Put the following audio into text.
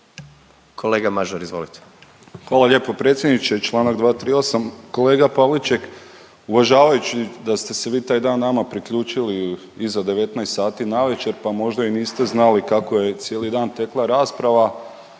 kolega Srpak, izvolite.